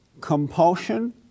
compulsion